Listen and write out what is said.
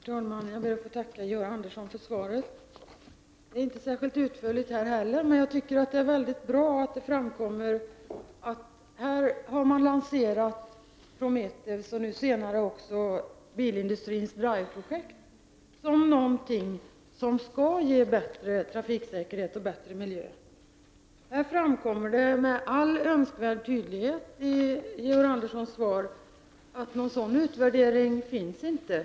Herr talman! Jag ber att få tacka Georg Andersson för svaret. Det är inte heller särskilt utförligt, men jag tycker att det är mycket bra att vissa saker framkommer. Man har lanserat Prometheus — och nu senast bilindustrins Drive-projekt — som något som skall ge bättre trafiksäkerhet och bättre miljö. Här ftramkommer det med all önskvärd tydlighet av Georg Anderssons svar att någon sådan utvärdering inte finns.